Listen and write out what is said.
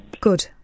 Good